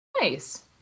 nice